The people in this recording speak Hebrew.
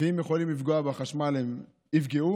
ואם יכולים לפגוע בחשמל, הם יפגעו.